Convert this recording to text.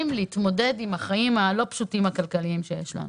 להתמודד עם החיים הכלכליים הלא פשוטים שיש לנו.